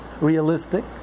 realistic